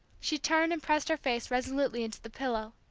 she turned and pressed her face resolutely into the pillow,